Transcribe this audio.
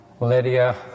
Lydia